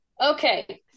Okay